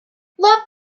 love